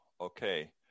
okay